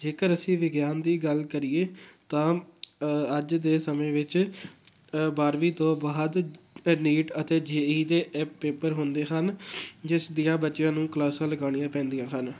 ਜੇਕਰ ਅਸੀਂ ਵਿਗਿਆਨ ਦੀ ਗੱਲ ਕਰੀਏ ਤਾਂ ਅੱਜ ਦੇ ਸਮੇਂ ਵਿੱਚ ਬਾਰਵੀਂ ਤੋਂ ਬਾਅਦ ਫਿਰ ਨੀਟ ਅਤੇ ਜੇ ਈ ਦੇ ਪੇਪਰ ਹੁੰਦੇ ਹਨ ਜਿਸ ਦੀਆਂ ਬੱਚਿਆਂ ਨੂੰ ਕਲਾਸਾਂ ਲਗਾਉਣੀਆਂ ਪੈਂਦੀਆਂ ਹਨ